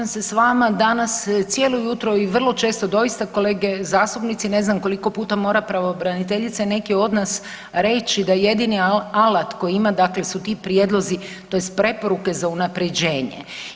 Da, slažem se s vama, danas cijelo jutro i vrlo često doista kolege zastupnici ne znam koliko puta mora pravobraniteljica i neki od nas reći da jedini alat koji ima su ti prijedlozi tj. preporuke za unapređenje.